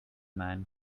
man